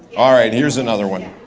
all right, here's another one,